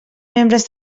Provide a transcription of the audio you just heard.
membres